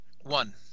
One